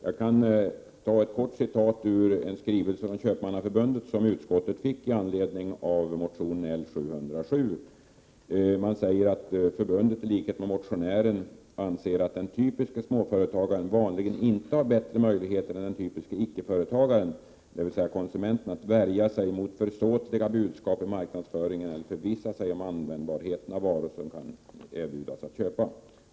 Jag kan anföra ett kort citat ur en skrivelse från Köpmannaförbundet som utskottet fick med anledning av motionen L707. Man säger där att förbundet ilikhet med motionärerna anser att den typiske småföretagaren vanligen inte har bättre möjligheter än den typiske icke-företagaren, dvs. konsumenten, att värja sig mot försåtliga budskap i marknadsföringen eller förvissa sig om användbarheten av varor som man erbjuds att köpa.